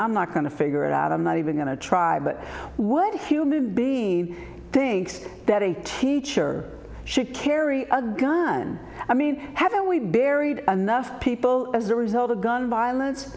i'm not going to figure it out i'm not even going to try but what human being thinks that a teacher should carry a gun i mean haven't we buried enough people as a result of gun violence